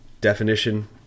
definition